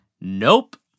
Nope